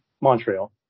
Montreal